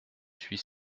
suis